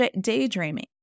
daydreaming